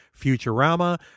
Futurama